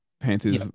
Panthers